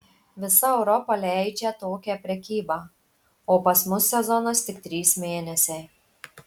visa europa leidžią tokią prekybą o pas mus sezonas tik trys mėnesiai